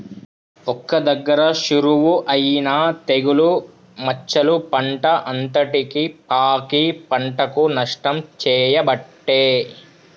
ఒక్క దగ్గర షురువు అయినా తెగులు మచ్చలు పంట అంతటికి పాకి పంటకు నష్టం చేయబట్టే